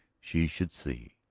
she should see!